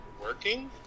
Working